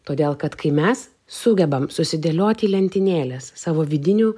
todėl kad kai mes sugebam susidėlioti į lentynėles savo vidinių